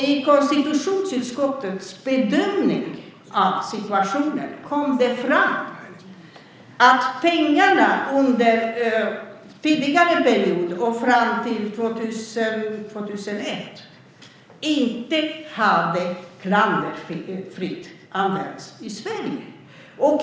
I konstitutionsutskottets bedömning av situationen kom det fram att pengarna under den tidigare perioden och fram till 2001 inte hade använts klanderfritt i Sverige.